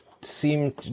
seem